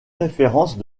références